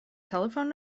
telephone